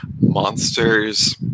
monsters